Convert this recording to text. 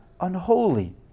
unholy